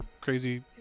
crazy